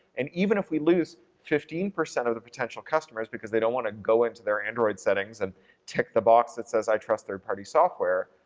and even if we lose fifteen percent of potential customers because they don't want to go into their android settings and tick the box that says i trust third party software,